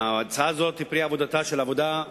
ההצעה הזו היא פרי עבודתה של ועדה